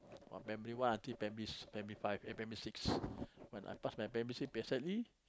primary one until primary five eh primary six when I passed my primary six P_S_L_E